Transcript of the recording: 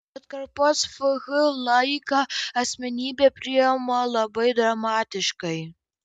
atkarpos fh laiką asmenybė priima labai dramatiškai